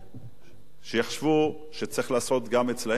שיחשבו שצריך לעשות גם אצלם צדק ושוויון,